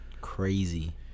Crazy